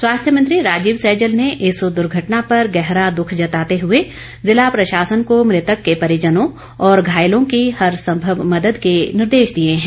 स्वास्थ्य मंत्री राजीव सैजल ने इस दुर्घटना पर गहरा दुख जताते हुए ज़िला प्रशासन को मृतक के परिजनों और घायलों की हर संभव मदद के निर्देश दिए हैं